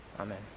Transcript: Amen